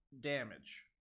damage